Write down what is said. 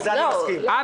עם